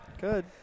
Good